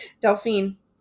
Delphine